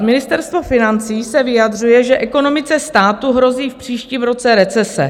Ministerstvo financí se vyjadřuje, že ekonomice státu hrozí v příštím roce recese.